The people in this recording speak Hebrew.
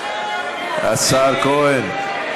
השר כהן,